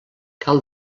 cal